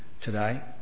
today